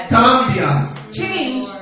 change